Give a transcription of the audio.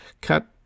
cut